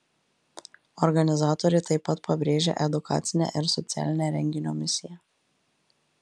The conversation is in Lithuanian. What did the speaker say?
organizatorė taip pat pabrėžia edukacinę ir socialinę renginio misiją